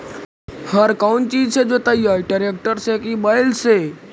हर कौन चीज से जोतइयै टरेकटर से कि बैल से?